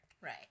right